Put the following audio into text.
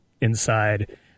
inside